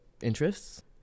interests